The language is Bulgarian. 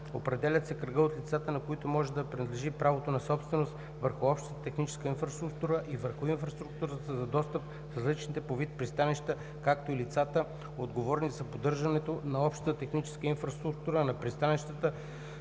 Определят се кръгът от лицата, на които може да принадлежи правото на собственост върху общата техническа инфраструктура и върху инфраструктурата за достъп в различните по вид пристанища, както и лицата, отговорни за поддържането на общата техническа инфраструктура на пристанищата